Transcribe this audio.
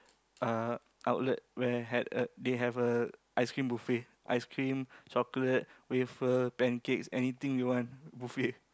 uh outlet where had uh they have a ice cream buffet ice cream chocolate waffle pancakes anything you want buffet